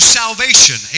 salvation